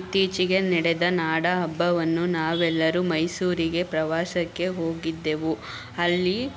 ಇತ್ತೀಚಿಗೆ ನಡೆದ ನಾಡಹಬ್ಬವನ್ನು ನಾವೆಲ್ಲರೂ ಮೈಸೂರಿಗೆ ಪ್ರವಾಸಕ್ಕೆ ಹೋಗಿದ್ದೆವು ಅಲ್ಲಿ